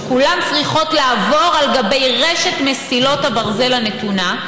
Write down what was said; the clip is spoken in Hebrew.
שכולן צריכות לעבור על גבי רשת מסילות הברזל הנתונה,